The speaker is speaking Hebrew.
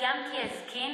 גם כי יזקין